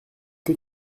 que